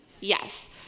Yes